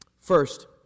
First